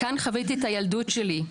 כאן חוויתי את הילדות שלי,